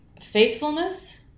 faithfulness